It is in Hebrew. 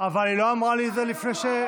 אבל היא לא אמרה לי את זה לפני שהצבעתי.